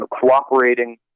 cooperating